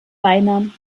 beinamen